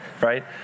right